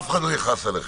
אף אחד לא יכעס עליכם.